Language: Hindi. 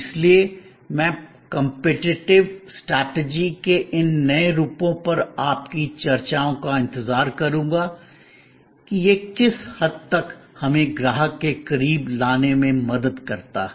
इसलिए मैं प्रतिस्पर्धात्मक रणनीति के इन नए रूपों पर आपकी चर्चाओं का इंतजार करूंगा कि यह किस हद तक हमें ग्राहक के करीब लाने में मदद करता है